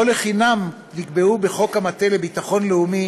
לא לחינם נקבעו בחוק המטה לביטחון לאומי